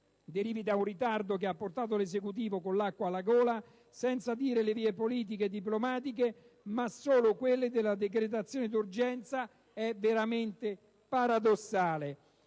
derivi da un ritardo che ha portato l'Esecutivo con l'acqua alla gola senza adire le vie politiche e diplomatiche ma solo quelle della decretazione d'urgenza, è davvero paradossale.